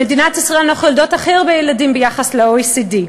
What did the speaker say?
במדינת ישראל אנחנו יולדות הכי הרבה ילדים ביחס ל-OECD.